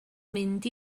mynd